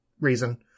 reason